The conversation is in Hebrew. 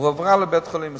היא הועברה לבית-חולים מסוים,